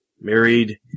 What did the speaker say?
married